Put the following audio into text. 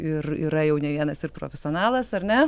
ir yra jau ne vienas ir profesionalas ar ne